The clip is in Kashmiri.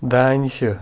دانشہ